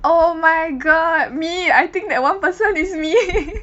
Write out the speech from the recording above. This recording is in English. oh my god me I think that one person is me